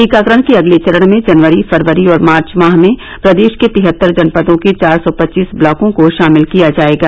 टीकाकरण के अगले चरण में जनवरी फरवरी और मार्च माह में प्रदेश के तिहत्तर जनपदों के चार सौ पच्चीस ब्लॉकों को शामिल किया जाएगा